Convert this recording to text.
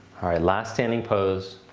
alright, last standing pose.